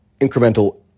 incremental